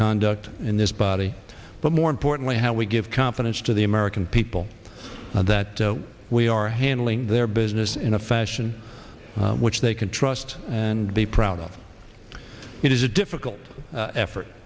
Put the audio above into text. conduct in this body but more importantly how we give confidence to the american people that we are handling their business in a fashion which they can trust and be proud of it is a difficult effort